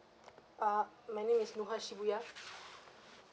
ah my name is nuha shibuya